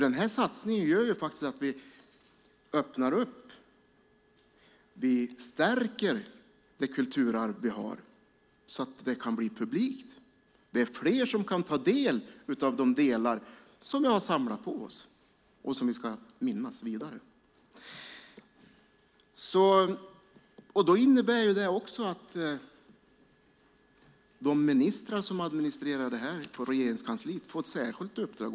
Den här satsningen gör att vi öppnar och stärker det kulturarv vi har så att det kan bli publikt och fler kan ta del av det vi har samlat och ska minnas. De ministrar som administrerar detta på Regeringskansliet får ett särskilt uppdrag.